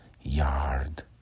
yard